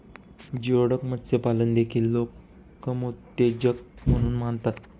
geoduck मत्स्यपालन देखील लोक कामोत्तेजक म्हणून मानतात